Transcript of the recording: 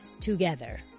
together